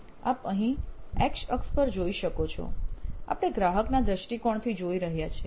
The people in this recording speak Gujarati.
આપ અહીં X અક્ષ પર જોઈ શકો આપણે ગ્રાહકના દૃષ્ટિકોણથી જોઈ રહ્યા છીએ